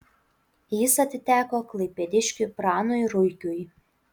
jis atiteko klaipėdiškiui pranui ruikiui